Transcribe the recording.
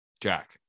Jack